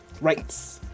rights